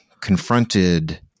confronted